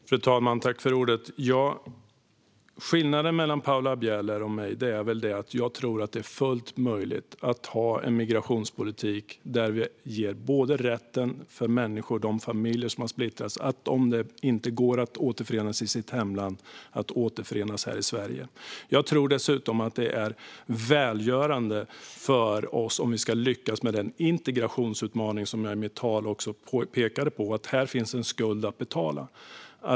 Fru talman! Skillnaden mellan Paula Bieler och mig är att jag tror att det är fullt möjligt att ha en migrationspolitik där vi ger rätten för de familjer som splittrats att återförenas här i Sverige om det inte går att återförenas i hemlandet. Jag tror dessutom att det är välgörande för oss om vi ska lyckas med den integrationsutmaning som jag pekade på i mitt anförande, nämligen den skuld vi har att betala.